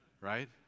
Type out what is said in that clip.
right